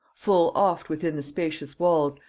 full oft within the spacious walls,